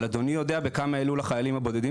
אבל אדוני יודע בכמה העלו לחיילים הבודדים